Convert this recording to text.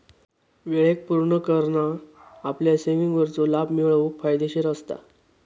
वेळेक पुर्ण करना आपल्या सेविंगवरचो लाभ मिळवूक फायदेशीर असता